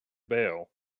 bail